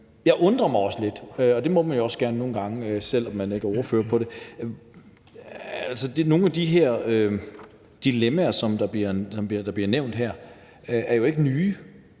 Jeg undrer mig også lidt, og det må man jo gerne nogle gange, selv om man ikke er ordfører på området. Nogle af de her dilemmaer, som der bliver nævnt her, er jo ikke nye